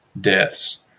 deaths